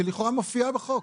שלכאורה מופיעה בחוק.